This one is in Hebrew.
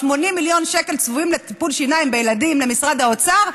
80 מיליון שקל צבועים לטיפול שיניים בילדים למשרד האוצר,